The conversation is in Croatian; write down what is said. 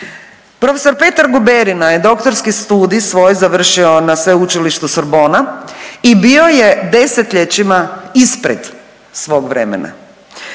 Prof. Petar Guberina je doktorski studij svoj završio na Sveučilištu Sorbona i bio je desetljećima ispred svog vremena.